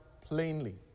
plainly